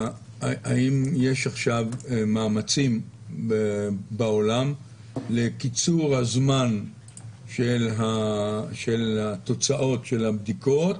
האם יש עכשיו מאמצים בעולם לקיצור הזמן של התוצאות של הבדיקות,